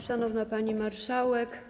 Szanowna Pani Marszałek!